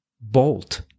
bolt